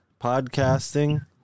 podcasting